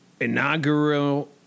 inaugural